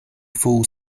full